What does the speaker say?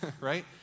right